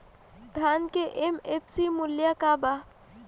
धान के एम.एफ.सी मूल्य का बा?